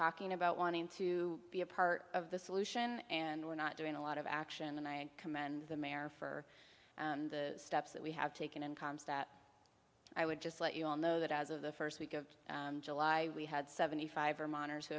talking about wanting to be a part of the solution and we're not doing a lot of action and i commend the mayor for the steps that we have taken and calms that i would just let you all know that as of the first week of july we had seventy five or miners who